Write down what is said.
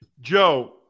Joe